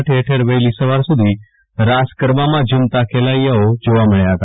ઠેરઠેર વહેલી સવાર સુધ રાસ ગરબામાં ઝ્રમતા ખેલૈયાઓ જોવા મળ્યા હતા